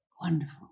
Wonderful